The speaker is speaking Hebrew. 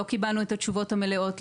לא קיבלנו את התשובות המלאות,